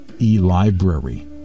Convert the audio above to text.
e-library